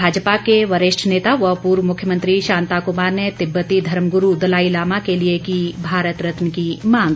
भाजपा के वरिष्ठ नेता व पूर्व मुख्यमंत्री शांता कुमार ने तिब्बती धर्मगुरू दलाई लामा के लिए की भारत रत्न की मांग